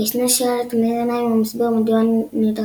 וישנו שלט מאיר עיניים המסביר מדוע נדרשים